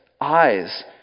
eyes